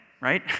right